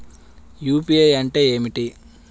UPI అంటే ఏమిటీ?